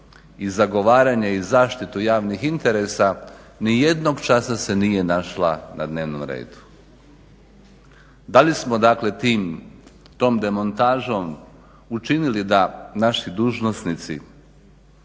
i zagovaranje i zaštitu javnih interesa ni jednog časa se nije našla na dnevnom redu. Da li smo dakle tim, tom demontažom učinili da naši dužnosnici